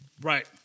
right